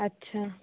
अच्छा